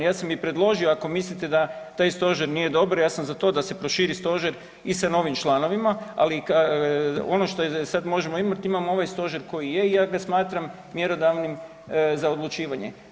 Ja sam i predložio ako mislite da taj stožer nije dobar ja sam za to da se proširi stožer i sa novim članovima, ali i ono što je sad možemo imati, imamo ovaj stožer koji je i ja ga smatram mjerodavnim za odlučivanje.